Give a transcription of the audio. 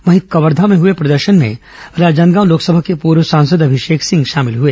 वहीं कवर्धा में हुए प्रदर्शन में राजनांदगांव लोकसभा के पूर्व सांसद अभिषेक सिंह शामिल हुए